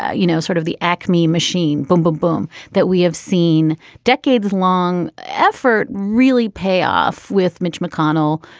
you know, sort of the acme machine boom, boom, boom that we have seen decades long effort really pay off with mitch mcconnell,